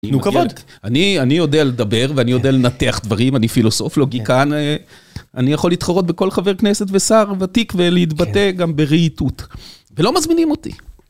תנו כבוד, אני יודע לדבר ואני יודע לנתח דברים, אני פילוסוף, לוגיקאן. אני יכול להתחרות בכל חבר כנסת ושר ותיק ולהתבטא גם ברהיטות. ולא מזמינים אותי.